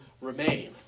remain